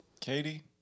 Katie